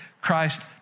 Christ